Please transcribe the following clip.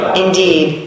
indeed